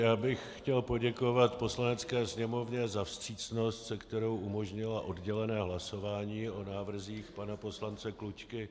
Já bych chtěl poděkovat Poslanecké sněmovně za vstřícnost, se kterou umožnila oddělené hlasování o návrzích pana poslance Klučky.